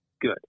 good